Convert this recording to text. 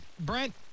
Brent